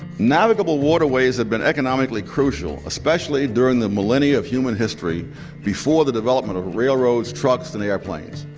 navigable waterways had been economically crucial, especially during the millennia of human history before the development of railroads, trucks, and airplanes.